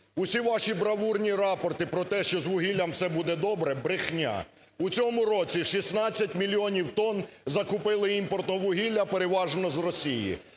Усі ваші бравурні рапорти про те, що з вугіллям все буде добре, – брехня. У цьому році 16 мільйонів тонн закупили імпортного вугілля, переважно з Росії.